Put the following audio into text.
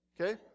okay